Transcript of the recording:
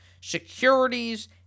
securities